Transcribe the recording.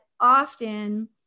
often